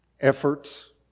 efforts